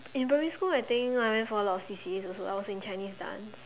in primary school I think I went for a lot of C_C_As also I was in Chinese dance